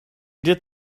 did